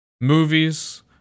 movies